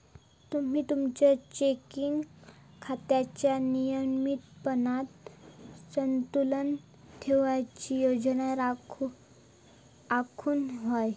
तुम्ही तुमचा चेकिंग खात्यात नियमितपणान संतुलन ठेवूची योजना आखुक व्हया